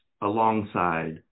alongside